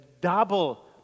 double